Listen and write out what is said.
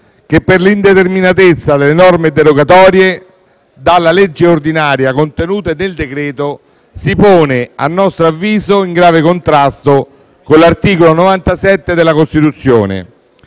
che, per l'indeterminatezza delle norme derogatorie della legge ordinaria contenute nel decreto, si pone in grave contrasto con l'articolo 97 della Costituzione,